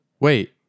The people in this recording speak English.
Wait